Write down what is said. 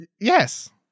Yes